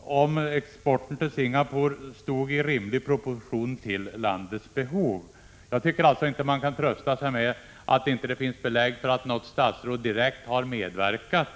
om exporten till Singapore stod i rimlig proportion till landets behov? Jag tycker alltså inte att man kan trösta sig med att det inte finns belägg för att något statsråd direkt har medverkat.